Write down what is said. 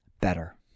better